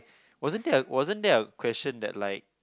wasn't that a wasn't that a question that like